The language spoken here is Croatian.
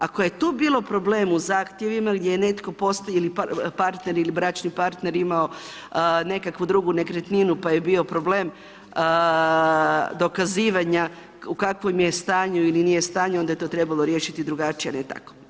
Ako je tu bilo problem u zahtjevima gdje postoji partner ili bračni partner imao nekakvu drugu nekretninu pa je bio problem dokazivanja u kakvom je stanju ili nije stanju, onda je to trebalo riješiti drugačije, a ne tako.